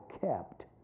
kept